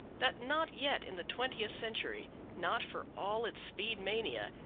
that not yet in the twentieth century, not for all its speed mania,